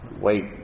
Wait